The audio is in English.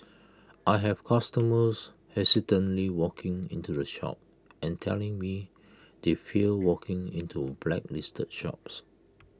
I have customers hesitantly walking into the shop and telling me they fear walking into blacklisted shops